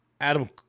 Adam